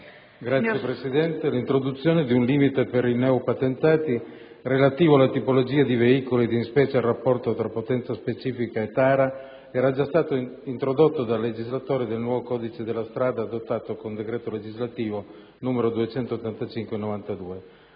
Signora Presidente, l'introduzione di un limite per i neopatentati relativo alla tipologia di veicoli, ed in specie al rapporto tra potenza specifica e tara, era già stato introdotto dal legislatore del nuovo Codice della strada adottato con decreto legislativo n. 285